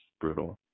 brutal